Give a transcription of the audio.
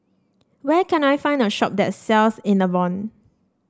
where can I find a shop that sells Enervon